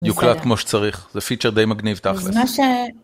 יוקלט כמו שצריך זה פיצ'ר די מגניב ת'כלס